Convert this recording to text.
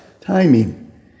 timing